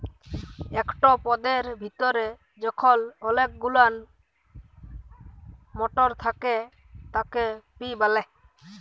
একট পদের ভিতরে যখল অলেক গুলান মটর থ্যাকে তাকে পি ব্যলে